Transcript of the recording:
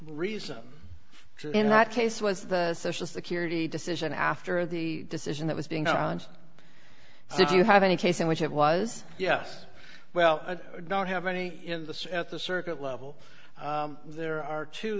reason in that case was the social security decision after the decision that was being around so if you have any case in which it was yes well i don't have any in the at the circuit level there are two